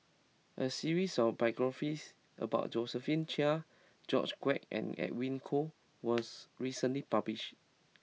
a series of biographies about Josephine Chia George Quek and Edwin Koek was recently published